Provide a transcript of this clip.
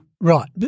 Right